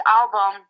album